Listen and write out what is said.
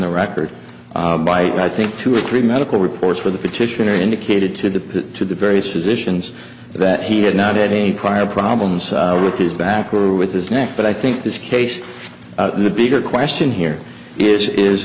the record by i think two or three medical reports for the petitioner indicated to the to the various physicians that he had not had a prior problems with his back or with his neck but i think this case the bigger question here is i